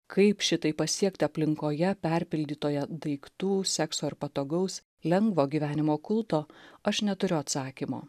kaip šitai pasiekti aplinkoje perpildytoje daiktų sekso ir patogaus lengvo gyvenimo kulto aš neturiu atsakymo